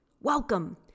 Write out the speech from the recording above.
Welcome